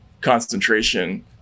concentration